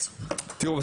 תראו,